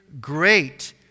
great